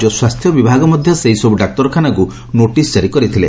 ରାଜ୍ୟ ସ୍ୱାସ୍ସ୍ୟବିଭାଗ ମଧ ସେହିସବୁ ଡାକ୍ତରଖାନାକୁ ନୋଟିସ୍ ଜାରି କରିଥିଲେ